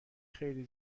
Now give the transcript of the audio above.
خیلی